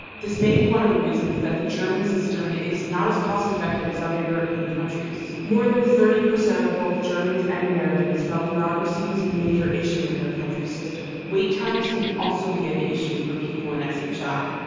this may be one of the reasons that the german system is not as cost effective as other european countries. more than thirty percent of both germans and americans felt bureaucracy was a major issue in their country's system. wait times can also be an issue for people in s h i.